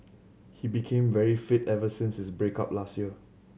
he became very fit ever since his break up last year